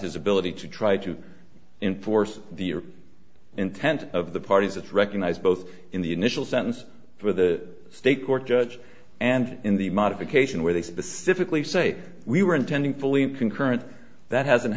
his ability to try to enforce the intent of the parties that recognized both in the initial sentence for the state court judge and in the modification where they specifically say we were intending fully concurrent that hasn't